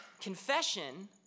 Confession